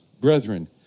brethren